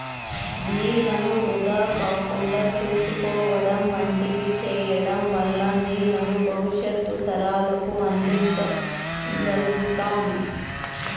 నీళ్ళను వృధా కాకుండా చూసుకోవడం వంటివి సేయడం వల్ల నీళ్ళను భవిష్యత్తు తరాలకు అందించ గల్గుతాం